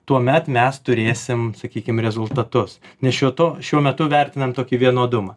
tuomet mes turėsim sakykim rezultatus nes šiuo to šiuo metu vertinam tokį vienodumą